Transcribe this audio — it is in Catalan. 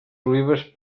olives